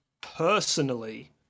personally